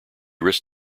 wrist